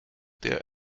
der